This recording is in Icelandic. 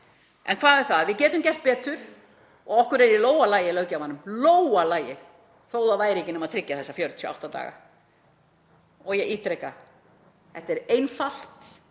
En hvað um það, við getum gert betur og okkur er í lófa lagið, löggjafanum, þó það væri ekki nema að tryggja þessa 48 daga. Ég ítreka: Þetta er einfalt.